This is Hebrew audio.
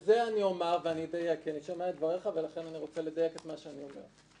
אני שומע את דבריך ולכן אני רוצה לדייק את מה שאני אומר.